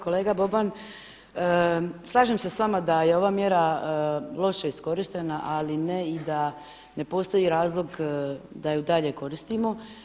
Kolega Boban, slažem se s vama da je ova mjera loše iskorištena, ali ne i da ne postoji razlog da ju dalje koristimo.